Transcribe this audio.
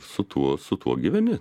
su tuo su tuo gyveni